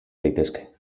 daitezke